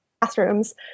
classrooms